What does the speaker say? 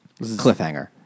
cliffhanger